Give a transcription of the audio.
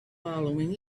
following